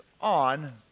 on